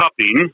cupping